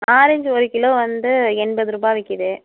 orange ஒரு kilo வந்து எண்பது ரூபா விற்கிது